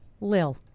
Lil